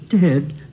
dead